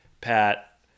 pat